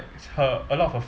her a lot of her